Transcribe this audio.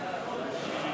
זה על חודו של קול?